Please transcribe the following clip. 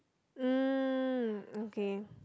mm okay